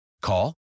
call